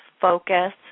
focus